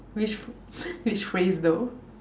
which which phrase though